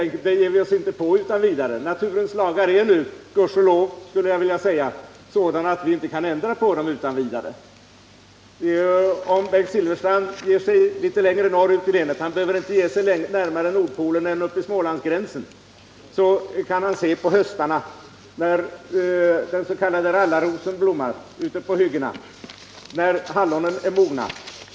Naturens lagar är, gudskelov skulle jag vilja säga, sådana att vi inte utan vidare kan ändra på dem. Om Bengt Silfverstrand beger sig litet längre norrut — han behöver inte bege sig närmare Nordpolen än upp till Smålandsgränsen — kan han om höstarna se på den s.k. Rallarrosen när den blommar ute på hyggena och på hallonen när de mognat.